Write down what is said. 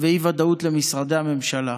ואי-ודאות למשרדי הממשלה